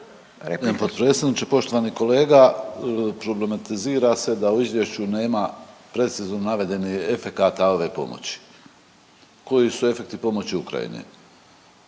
potpredsjedniče, poštovani kolega, problematizira se da u izvješću nema precizno navedenih efekata ove pomoći. Koji su efekti pomoći Ukrajine?